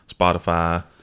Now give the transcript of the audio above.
Spotify